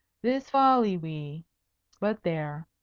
this folly we but there.